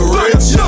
rich